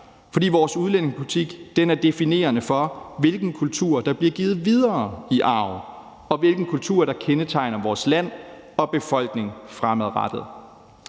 fordi vores udlændingepolitik er definerende for, hvilken kultur der bliver givet videre i arv, og hvilken kultur der kendetegner vores land og befolkning fremadrettet.